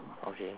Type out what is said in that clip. okay